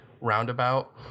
roundabout